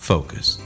Focus